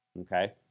Okay